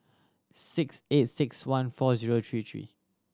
six eight six one four zero three three